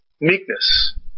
meekness